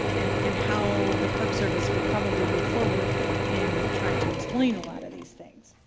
and and how the park service will probably move forward in trying to explain a lot of these things.